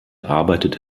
arbeitet